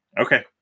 Okay